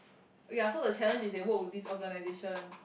ya so the challenge is they work with this organisation